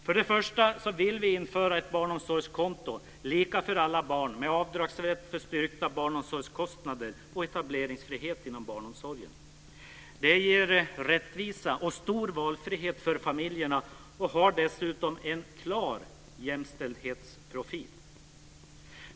För det första vill vi införa ett barnomsorgskonto, lika för alla barn, med avdragsrätt för styrkta barnomsorgskostnader och etableringsfrihet inom barnomsorgen. Det ger rättvisa och stor valfrihet för familjerna och har dessutom en klar jämställdhetsprofil.